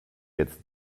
jetzt